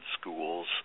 schools